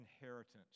inheritance